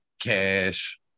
cash